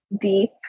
deep